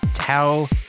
Tell